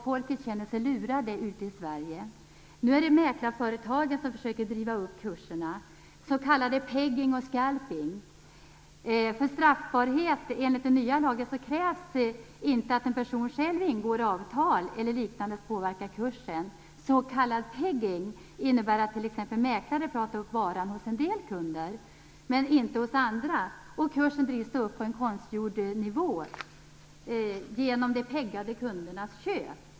Folk känner sig lurade ute i Sverige. Nu är det mäklarföretagen som försöker driva upp kurserna med s.k. pegging och scalping. För straffbarhet enligt den nya lagen krävs inte att en person själv ingår avtal eller liknande för att påverka kursen. Pegging innebär att t.ex. en mäklare pratar upp varan hos en del kunder men inte hos andra. Kursen drivs då upp på en konstgjord nivå genom de "peggade" kundernas köp.